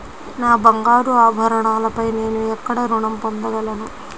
నా బంగారు ఆభరణాలపై నేను ఎక్కడ రుణం పొందగలను?